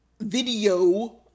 video